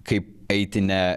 kaip eiti ne